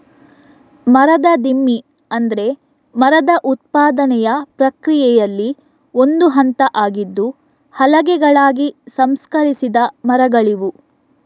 ಮರದ ದಿಮ್ಮಿ ಅಂದ್ರೆ ಮರದ ಉತ್ಪಾದನೆಯ ಪ್ರಕ್ರಿಯೆಯಲ್ಲಿ ಒಂದು ಹಂತ ಆಗಿದ್ದು ಹಲಗೆಗಳಾಗಿ ಸಂಸ್ಕರಿಸಿದ ಮರಗಳಿವು